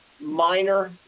minor